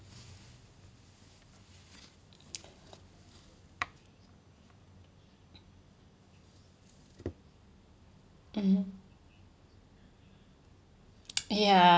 mm ya